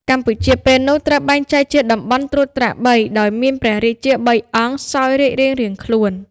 កម្ពុជាពេលនោះត្រូវបែងចែកជាតំបន់ត្រួតត្រាបី ដោយមានព្រះរាជា ៣អង្គ សោយរាជរៀងៗខ្លួន ។